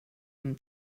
him